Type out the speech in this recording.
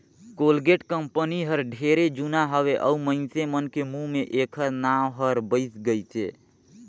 Colgate company हर ढेरे जुना हवे अऊ मइनसे मन के मुंह मे ऐखर नाव हर बइस गइसे